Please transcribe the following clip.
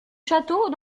château